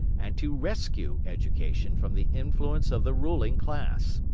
and to rescue education from the influence of the ruling class.